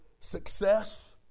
success